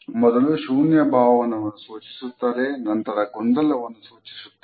ಮೊದಲು ಶೂನ್ಯ ಭಾವವನ್ನು ಸೂಚಿಸುತ್ತದೆ ನಂತರ ಗೊಂದಲವನ್ನು ಸೂಚಿಸುತ್ತದೆ